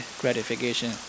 gratification